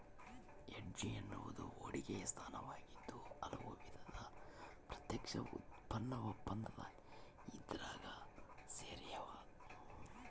hedge ಎನ್ನುವುದು ಹೂಡಿಕೆಯ ಸ್ಥಾನವಾಗಿದ್ದು ಹಲವು ವಿಧದ ಪ್ರತ್ಯಕ್ಷ ಉತ್ಪನ್ನ ಒಪ್ಪಂದ ಇದ್ರಾಗ ಸೇರ್ಯಾವ